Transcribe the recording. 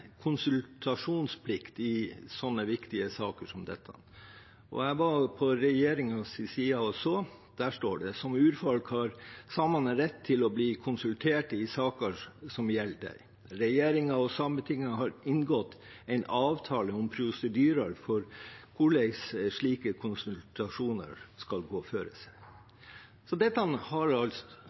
konsultasjonsplikt i sånne viktige saker som dette. Jeg var på regjeringens nettside og så. Der står det: «Som urfolk har samane rett til å bli konsulterte i saker som gjeld dei. Regjeringa og Sametinget har inngått ein avtale om prosedyrar for korleis slike konsultasjonar skal gå føre seg.» Dette har